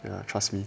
ya trust me